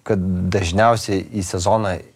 kad dažniausiai į sezoną